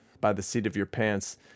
by-the-seat-of-your-pants